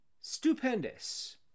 Stupendous